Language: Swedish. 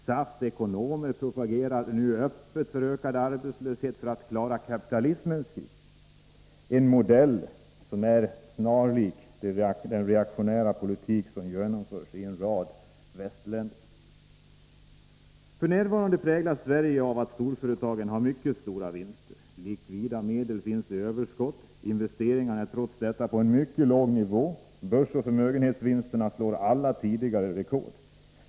SAF:s ekonomer propagerar nu öppet för ökad arbetslöshet för att man skall klara kapitalismens kris — en modell som är snarlik den reaktionära politik som förs av en rad västländer. F. n. präglas Sverige av att storföretagen har mycket stora vinster. Likvida medel finns i överskott. Investeringarna ligger trots detta på en mycket låg nivå. Börsoch förmögenhetsvinsterna slår alla tidigare rekord.